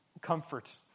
comfort